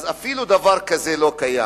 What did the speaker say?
אז אפילו דבר כזה לא קיים.